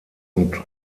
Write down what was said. und